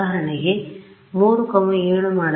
ಉದಾಹರಣೆಗೆ ಇಲ್ಲಿ 3 7